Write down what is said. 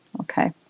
okay